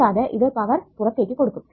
കൂടാതെ ഇത് പവർ പുറത്തേക്ക് കൊടുക്കും